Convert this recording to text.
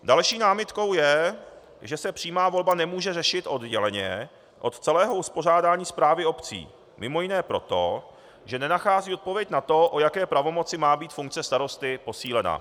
Další námitkou je, že se přímá volba nemůže řešit odděleně od celého uspořádání správy obcí mimo jiné proto, že nenachází odpověď na to, o jaké pravomoci má být funkce starosty posílena.